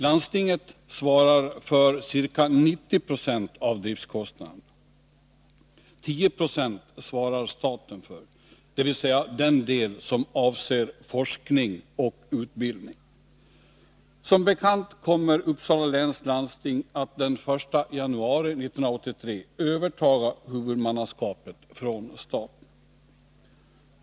Landstinget svarar för ca 90 20 av driftskostnaderna. 10 76 svarar staten för. Det är den del som avser forskning och utbildning. Som bekant kommer Uppsala läns landsting att den 1 januari 1983 övertaga huvudmannaskapet från staten.